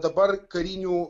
dabar karinių